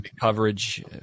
coverage